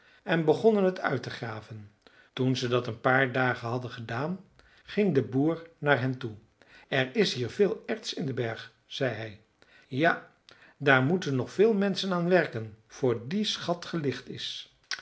en begonnen het uit te graven toen ze dat een paar dagen hadden gedaan ging de boer naar hen toe er is hier veel erts in den berg zei hij ja daar moeten nog veel menschen aan werken voor die schat gelicht is